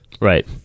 Right